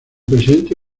presidente